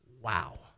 Wow